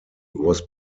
was